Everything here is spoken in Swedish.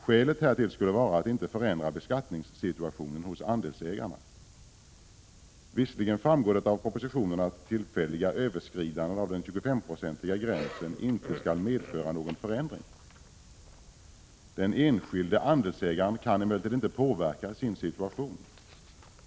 Skälet härtill skulle vara att inte förändra beskattningssituationen hos andelsägarna. Det framgår visserligen av propositionen att tillfälliga överskridanden av den 25-procentiga gränsen inte skall medföra någon förändring. Den enskilde andelsägaren kan emellertid inte påverka sin situation.